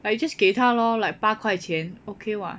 but you just 给它 lor like 八块钱 okay [what]